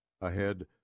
ahead